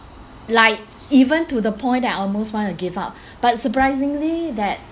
like even to the point I almost want to give up but surprisingly that